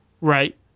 Right